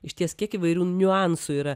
išties kiek įvairių niuansų yra